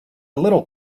little